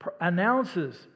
announces